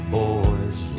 boys